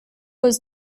was